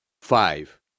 Five